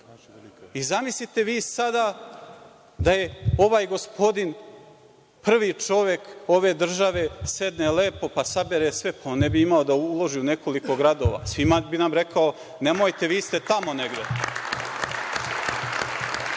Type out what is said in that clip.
karti. Zamislite vi sada da je ovaj gospodin prvi čovek ove države, sedne lepo pa sabere sve, pa on ne bi imao da uloži u nekoliko gradova, svima bi nam rekao – nemojte, vi ste tamo negde.